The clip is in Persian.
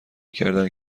کردند